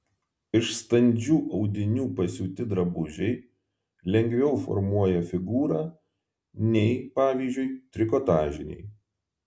iš standžių audinių pasiūti drabužiai lengviau formuoja figūrą nei pavyzdžiui trikotažiniai